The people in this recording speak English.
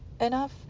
enough